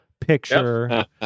Picture